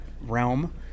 realm